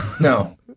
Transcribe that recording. No